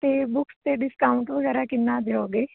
ਅਤੇ ਬੁੱਕਸ 'ਤੇ ਡਿਸਕਾਊਂਟ ਵਗੈਰਾ ਕਿੰਨਾ ਦਿਓਗੇ